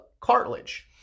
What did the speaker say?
cartilage